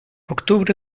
octubre